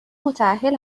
متاهل